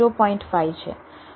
5 છે